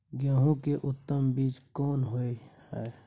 गेहूं के उत्तम बीज कोन होय है?